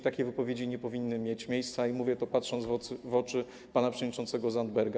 Takie wypowiedzi nie powinny mieć miejsca - i mówię to, patrząc w oczy pana przewodniczącego Zandberga.